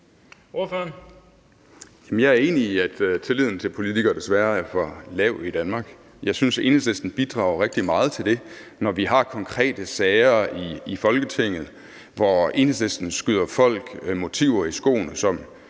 Jeg er enig i, at tilliden til politikere desværre er for lav i Danmark. Jeg synes, Enhedslisten bidrager rigtig meget til det, når vi har konkrete sager i Folketinget, hvor Enhedslisten skyder folk motiver i skoene,